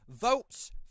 votes